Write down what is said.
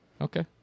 Okay